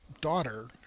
daughter